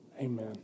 Amen